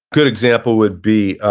good example would be,